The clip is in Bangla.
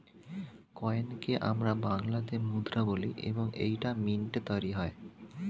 কয়েনকে আমরা বাংলাতে মুদ্রা বলি এবং এইটা মিন্টে তৈরী হয়